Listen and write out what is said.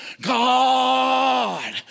God